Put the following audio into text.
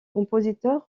compositeur